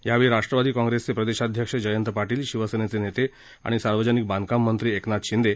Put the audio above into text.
यावेळी राष्ट्र्वादी काँग्रेसचे प्रदेशाध्यक्ष जयंत पाटीलशिवसेनेचे नेते आणि सार्वजनिन बांधकाम मंत्री एकनाथ शिंदे